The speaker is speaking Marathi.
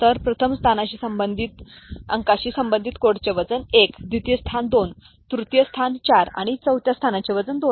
तर प्रथम स्थानाशी संबंधित आहे अंकाशी संबंधित कोडचे वजन 1 द्वितीय स्थान 2 तृतीय स्थान 4 आणि चौथ्या स्थानाचे वजन 2